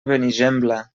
benigembla